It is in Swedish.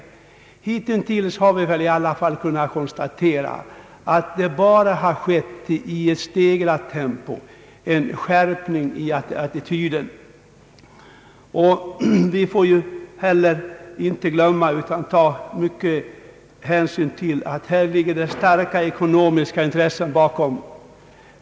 Hittills har vi väl i alla fall kunnat konstatera att det bara i stegrat tempo har skett en skärpning i attityden. Vi får heller inte glömma att ta stor hänsyn till att här ligger starka ekonomiska intressen bakom.